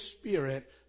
Spirit